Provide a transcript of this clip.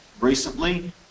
recently